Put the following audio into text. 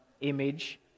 image